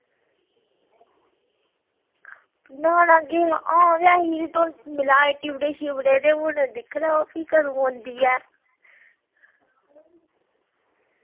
ना ना गे हां गै ही तुस मलाए टिबड़े शिबड़े ते हू'न दिक्खने आं ओ फ्ही कदूं औंदी ऐ